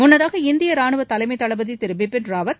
முன்னதாக இந்திய ரானுவ தலைமை தளபதி திரு பிபின் ராவத்